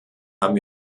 haben